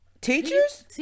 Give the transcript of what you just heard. Teachers